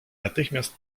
natychmiast